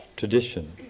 Tradition